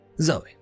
Zoe